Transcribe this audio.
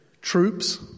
troops